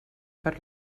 per